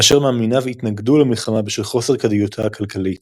אשר מאמיניו התנגדו למלחמה בשל חוסר כדאיותה הכלכלית,